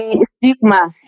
Stigma